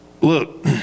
Look